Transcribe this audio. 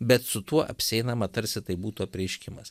bet su tuo apsieinama tarsi tai būtų apreiškimas